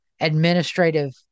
administrative